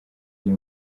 iri